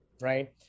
right